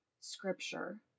scripture